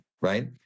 right